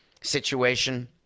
situation